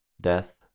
Death